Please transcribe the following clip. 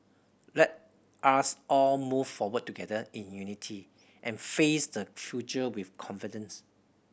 let us all move forward together in unity and face the future with confidence